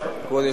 כבוד היושב-ראש,